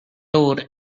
door